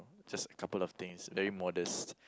just a couple of things very modest